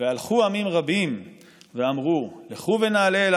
והלכו עמים רבים ואמרו לכו ונעלה אל